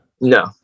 no